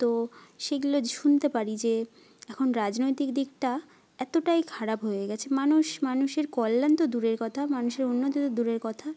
তো সেগুলো শুনতে পারি যে এখন রাজনৈতিক দিকটা এতটাই খারাপ হয়ে গেছে মানুষ মানুষের কল্যাণ তো দূরের কথা মানুষের উন্নতি তো দূরের কথা